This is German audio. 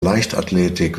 leichtathletik